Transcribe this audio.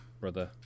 brother